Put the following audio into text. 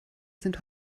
sind